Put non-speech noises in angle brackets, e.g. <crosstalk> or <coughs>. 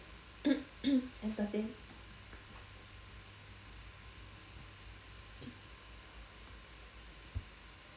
<coughs> entertain